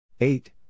Eight